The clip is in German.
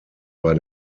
bei